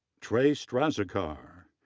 trae straziscar,